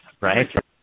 right